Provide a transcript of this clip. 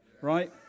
right